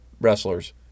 wrestlers